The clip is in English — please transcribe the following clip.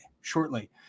shortly